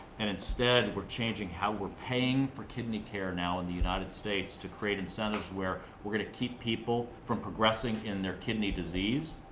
and instead, we're changing how we're paying for kidney care now in the united states to create incentives where we're going to keep people from progressing in their kidney disease.